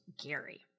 Gary